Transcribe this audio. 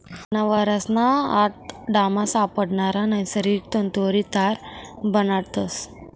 जनावरेसना आतडामा सापडणारा नैसर्गिक तंतुवरी तार बनाडतस